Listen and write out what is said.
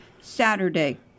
Saturday